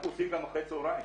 אנחנו עושים גם אחרי הצהריים,